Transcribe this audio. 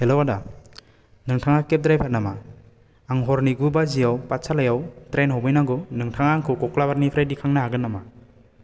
हेल' आदा नोंथाङा केब द्राइभार नामा आं हरनि गु बाजियाव पातसालायाव ट्रेन हमहैनांगौ नोंथाङा आंखौ कक्लाबारनिफ्राय दिखांनो हागोन नामा